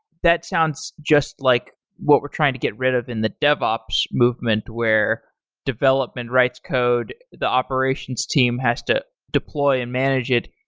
that sounds just like what we're trying to get rid of in the devops movement where develop and writes code, the operations team has to deploy and manage it,